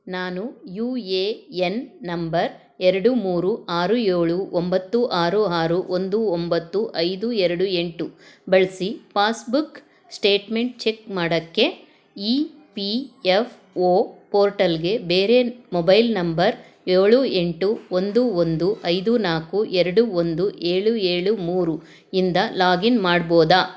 ನಾನು U A N number ಎರಡು ಮೂರು ಆರು ಏಳು ಒಂಬತ್ತು ಆರು ಆರು ಒಂದು ಒಂಬತ್ತು ಐದು ಎರಡು ಎಂಟು ಬಳಸಿ ಪಾಸ್ಬುಕ್ ಸ್ಟೇಟ್ಮೆಂಟ್ ಚೆಕ್ ಮಾಡೋಕ್ಕೆ ಇ ಪಿ ಎಫ್ ಒ ಪೋರ್ಟಲ್ಗೆ ಬೇರೆ ಮೊಬೈಲ್ ನಂಬರ್ ಏಳು ಎಂಟು ಒಂದು ಒಂದು ಐದು ನಾಲ್ಕು ಎರಡು ಒಂದು ಏಳು ಏಳು ಮೂರು ಇಂದ ಲಾಗಿನ್ ಮಾಡ್ಬೋದಾ